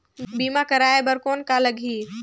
बीमा कराय बर कौन का लगही?